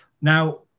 Now